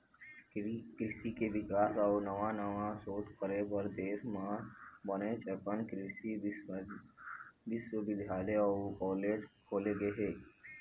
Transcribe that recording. कृषि के बिकास अउ नवा नवा सोध करे बर देश म बनेच अकन कृषि बिस्वबिद्यालय अउ कॉलेज खोले गे हे